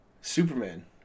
Superman